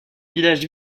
village